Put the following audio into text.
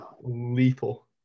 lethal